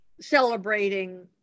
celebrating